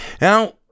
Now